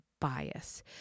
bias